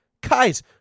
Guys